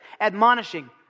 admonishing